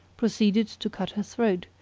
proceeded to cut her throat,